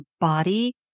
body